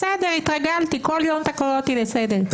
בסדר, התרגלתי, כל יום אתה קורא אותי לסדר.